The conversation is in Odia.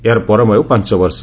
ଏହାର ପରମାୟୁ ପାଞ୍ଚବର୍ଷ